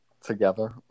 together